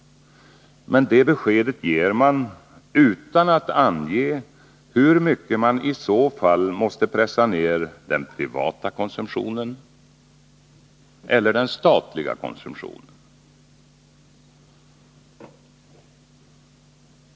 Men det beskedet ger socialdemokraterna utan att ange hur mycket man i så fall måste pressa ner den privata eller den statliga konsumtionen.